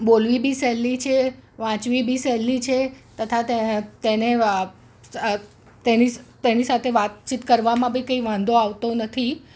બોલવી બી સહેલી છે વાંચવી બી સહેલી છે તથા તેની સાથે વાતચીત કરવામાં બી કંઈ વાંધો આવતો નથી